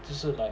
就是 like